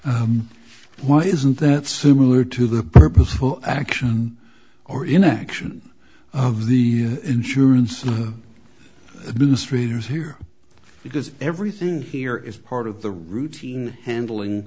why isn't that similar to the purposeful action or inaction of the insurance business traders here because everything here is part of the routine handling